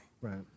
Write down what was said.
Right